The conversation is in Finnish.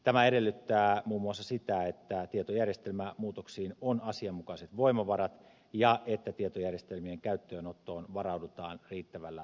tämä edellyttää muun muassa sitä että tietojärjestelmämuutoksiin on asianmukaiset voimavarat ja että tietojärjestelmien käyttöönottoon varaudutaan riittävällä tavalla